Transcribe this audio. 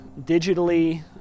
digitally